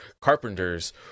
carpenters